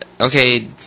Okay